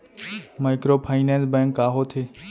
Microfinance bank का होथे?